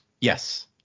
Yes